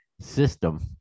system